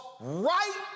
right